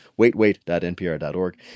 waitwait.npr.org